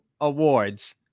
awards